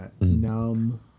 Numb